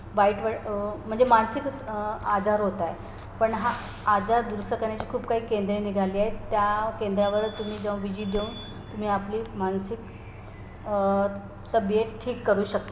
वाईट व म्हणजे मानसिक आजार होत आहे पण हा आजार दुरुस्त करण्याची खूप काही केंद्रे निघाली आहेत त्या केंद्रावर तुम्ही जाऊन विजीत देऊन तुम्ही आपली मानसिक तब्येत ठीक करू शक